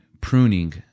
pruning